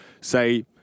say